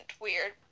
weird